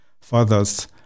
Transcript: father's